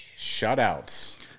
Shutouts